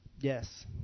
Yes